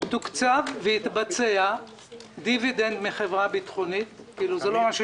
תוקצב והתבצע דיווידנד מחברה ביטחונית זה לא משהו